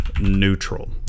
Neutral